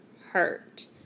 hurt